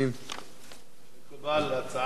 מקובלת הצעת השרה.